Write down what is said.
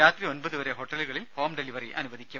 രാത്രി ഒൻപതുവരെ ഹോട്ടലുകളിൽ ഹോം ഡെലിവറി അനുവദിക്കും